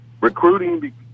recruiting